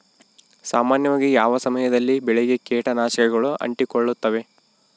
ಸಾಮಾನ್ಯವಾಗಿ ಯಾವ ಸಮಯದಲ್ಲಿ ಬೆಳೆಗೆ ಕೇಟನಾಶಕಗಳು ಅಂಟಿಕೊಳ್ಳುತ್ತವೆ?